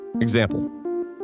Example